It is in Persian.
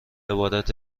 عبارت